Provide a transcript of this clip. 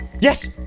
Yes